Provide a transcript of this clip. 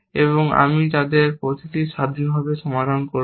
এবং আমি তাদের প্রতিটি স্বাধীনভাবে সমাধান করব